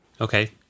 Okay